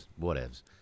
Whatevs